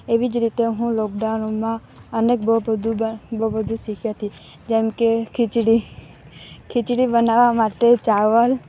એવી જ રીતે હું લોકડાઉનમાં અનેક બહુ બધુ બહુ બધુ શીખી હતી જેમકે ખિચડી ખિચડી બનાવવા માટે ચાવલ